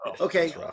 Okay